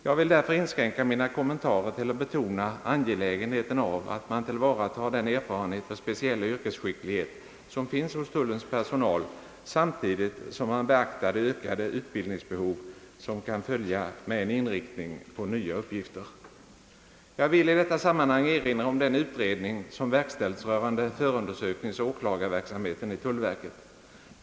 Jag vill därför inskränka mina kommentarer till att betona angelägenheten av att man tillvaratar den erfarenhet och speciella yrkesskicklighet som finns hos tullens personal, samtidigt som man beaktar det ökade utbildningsbehov som kan följa med en inriktning på nya uppgifter. Jag vill i detta sammanhang erinra om den utredning som verkställts rörande förundersökningsoch åklagarverksamheten i tullverket.